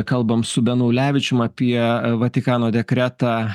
kalbam su benu ulevičium apie vatikano dekretą